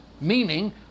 Meaning